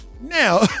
Now